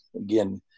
again